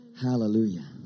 Hallelujah